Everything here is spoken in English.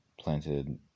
planted